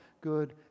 good